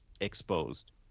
exposed